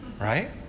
Right